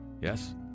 Yes